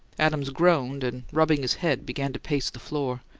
adams groaned, and, rubbing his head, began to pace the floor.